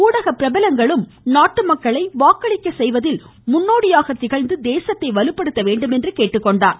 ஊடக பிரபலங்களும் நாட்டு மக்களை வாக்களிக்க செய்வதில் முன்னோடியாக திகழ்ந்து தேசத்தை வலுப்படுத்த வேண்டும் என்று கேட்டுக்கொண்டார்